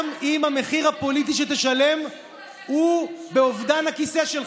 גם אם המחיר הפוליטי שתשלם הוא באובדן הכיסא שלך.